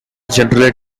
generally